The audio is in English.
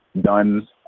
done